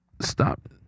Stop